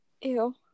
Ew